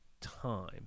time